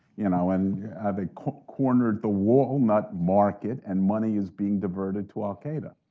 you know and they cornered the walnut market and money is being diverted to al-qaeda.